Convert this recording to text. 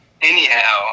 anyhow